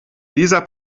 dieser